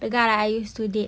the guy like I used to date